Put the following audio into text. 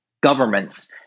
governments